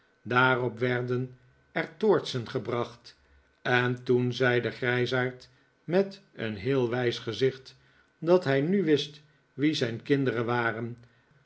daarop werden er toortsen gebracht en toen zei de grijsaard met een heel wijs gezicht dat hij nu wist wie zijn kinderen waren